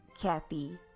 Kathy